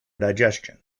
digestion